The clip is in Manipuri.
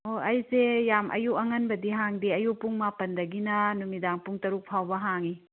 ꯑꯣ ꯑꯩꯁꯦ ꯌꯥꯝ ꯑꯌꯨꯛ ꯑꯉꯟꯕꯗꯤ ꯍꯥꯡꯗꯦ ꯑꯌꯨꯛ ꯄꯨꯡ ꯃꯥꯄꯟꯗꯒꯤꯅ ꯅꯨꯃꯤꯗꯥꯡ ꯄꯨꯡ ꯇꯔꯨꯛ ꯐꯥꯎꯕ ꯍꯥꯡꯏ